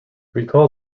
recall